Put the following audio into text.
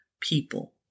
people